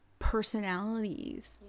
Personalities